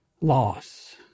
loss